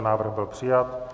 Návrh byl přijat.